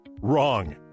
wrong